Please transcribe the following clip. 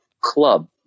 club